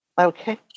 Okay